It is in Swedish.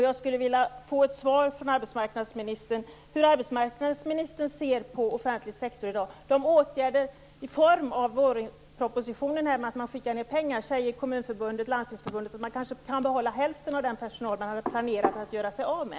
Jag skulle också vilja att arbetsmarknadsministern svarade på hur hon ser på offentlig sektor i dag. Med vårpropositionens åtgärder i form av att man skickar ned pengar säger Kommunförbundet och Landstingsförbundet att man kanske kan behålla hälften av den personal man hade planerat att göra sig av med.